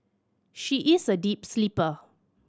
she is a deep sleeper